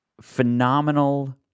phenomenal